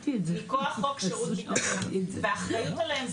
מכוח חוק שירות חובה והאחריות עליהם,